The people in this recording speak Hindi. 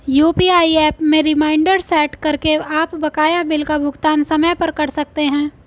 यू.पी.आई एप में रिमाइंडर सेट करके आप बकाया बिल का भुगतान समय पर कर सकते हैं